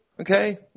okay